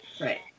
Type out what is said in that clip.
right